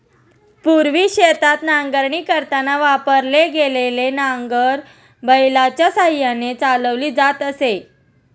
पूर्वी शेतात नांगरणी करताना वापरलेले नांगर बैलाच्या साहाय्याने चालवली जात असे